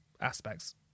aspects